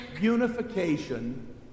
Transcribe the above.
unification